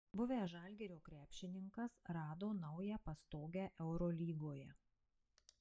buvęs žalgirio krepšininkas rado naują pastogę eurolygoje